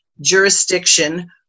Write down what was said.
jurisdiction